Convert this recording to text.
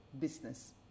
business